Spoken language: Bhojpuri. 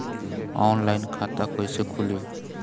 ऑनलाइन खाता कईसे खुलि?